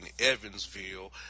Evansville